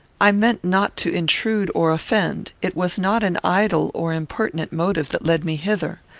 i meant not to intrude or offend. it was not an idle or impertinent motive that led me hither.